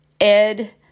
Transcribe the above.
Ed